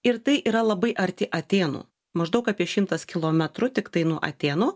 ir tai yra labai arti atėnų maždaug apie šimtas kilometrų tiktai nuo atėnų